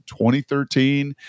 2013